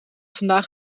vandaag